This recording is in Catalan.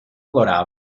plorava